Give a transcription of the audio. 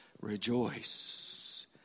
rejoice